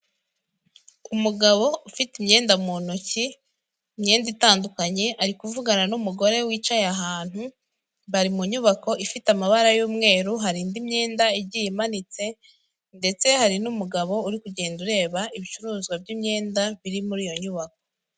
Umugabo ufite imyenda mu ntoki, imyenda itandukanye ari kuvugana n'umugore wicaye ahantu bari mu nyubako ifite amabara y'umweru hari indi myenda igiye imanitse ndetse hari n'umugabo uri kugenda ureba ibicuruzwa by'imyenda biri muri iyo nyubako.